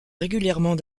régulièrement